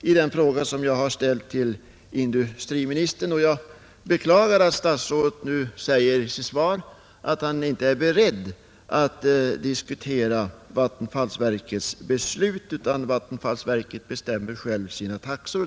i den fråga som jag ställt till industriministern, och jag beklagar att statsrådet nu säger i sitt svar att han inte är beredd att diskutera vattenfallsverkets beslut utan att verket självt bestämmer sina taxor.